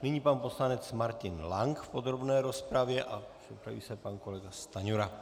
Nyní pan poslanec Martin Lank v podrobné rozpravě a připraví se pan kolega Stanjura.